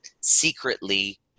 secretly